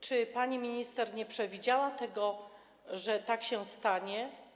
Czy pani minister nie przewidziała tego, że tak się stanie?